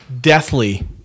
deathly